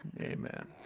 Amen